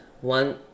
one